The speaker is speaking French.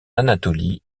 anatolie